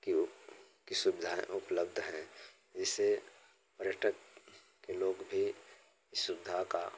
cube की सुविधाएँ उपलब्ध हैं जिससे पर्यटक के लोग भी सुविधा का